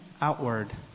outward